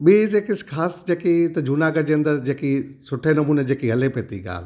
ॿी जेके स ख़ासि जेकी त जूनागढ़ जे अंदरि जेकी सुठे नमूने जेकी हले पइ थी ॻाल्हि